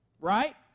right